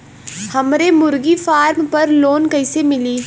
हमरे मुर्गी फार्म पर लोन कइसे मिली?